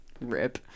rip